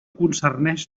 concerneix